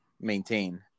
maintain